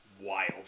wild